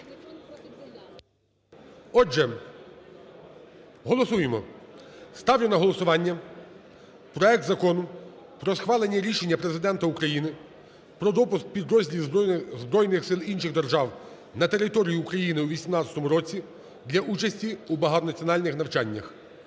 Отже, голосуємо. Ставлю на голосування проект Закону про схвалення рішення Президента України про допуск підрозділів збройних сил інших держав на територію України у 2018 році для участі в багатонаціональних навчаннях